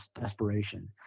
desperation